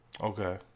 Okay